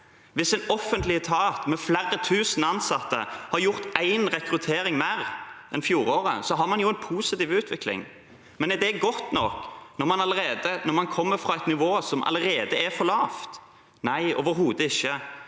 hvis en offentlig etat med flere tusen ansatte har gjort én rekruttering mer enn i fjoråret? Man har jo en positiv utvikling, men er det godt nok når man kommer fra et nivå som allerede er for lavt? Nei, overhodet ikke.